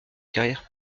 carrière